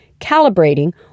calibrating